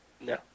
No